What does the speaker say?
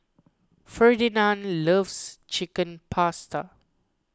Ferdinand loves Chicken Pasta